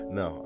no